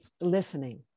listening